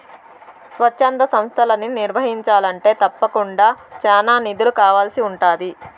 స్వచ్ఛంద సంస్తలని నిర్వహించాలంటే తప్పకుండా చానా నిధులు కావాల్సి ఉంటాది